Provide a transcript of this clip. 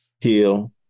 Heal